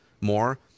more